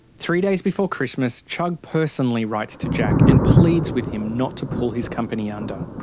three days before christmas, chugg personally writes to jack and pleads with him not to pull his company under.